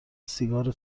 سیگارو